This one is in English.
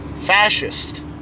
fascist